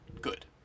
good